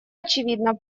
очевидно